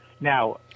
Now